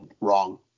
wrong